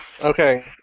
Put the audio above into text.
Okay